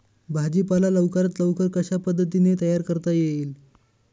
भाजी पाला लवकरात लवकर कशा पद्धतीने तयार करता येईल?